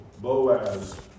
Boaz